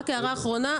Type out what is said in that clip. רק הערה אחרונה.